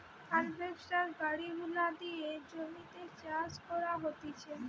harvester গাড়ি গুলা দিয়ে জমিতে চাষ করা হতিছে